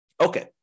Okay